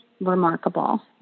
remarkable